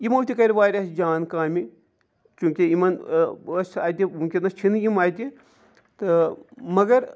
یِمو تہِ کَرِ واریاہ جان کامہِ چوٗنٛکہِ یِمَن ٲسۍ اَتہِ وٕنۍکٮ۪نَس چھِنہٕ یِم اَتہِ تہٕ مگر